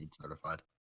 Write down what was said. certified